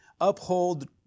uphold